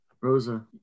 Rosa